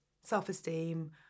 self-esteem